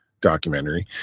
documentary